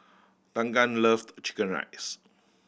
Tegan loved chicken rice